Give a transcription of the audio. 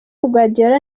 guardiola